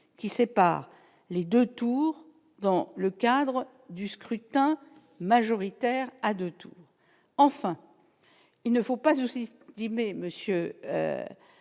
qui sépare les 2 tours dans le cadre du scrutin majoritaire à 2 tours, enfin il ne faut pas aussi dit mais, Monsieur